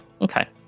Okay